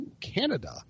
Canada